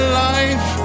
life